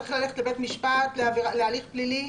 צריך ללכת לבית משפט להליך פלילי?